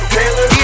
Taylor